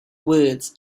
words